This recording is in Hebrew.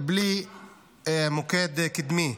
בלי מוקד קדמי,